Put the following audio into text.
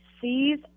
sees